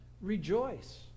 rejoice